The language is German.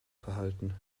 verhalten